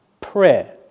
prayer